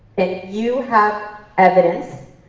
if you have evidence,